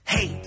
Hey